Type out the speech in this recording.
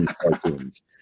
cartoons